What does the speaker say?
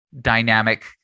dynamic